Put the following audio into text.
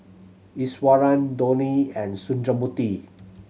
Iswaran Dhoni and Sundramoorthy